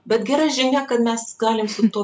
bet gera žinia kad mes galim su tuo